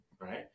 right